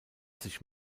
sich